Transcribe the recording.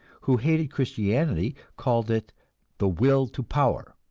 who hated christianity, called it the will to power,